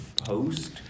post